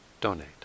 donate